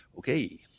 Okay